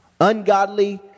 Ungodly